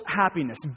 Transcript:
happiness